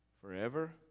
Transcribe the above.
forever